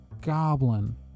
goblin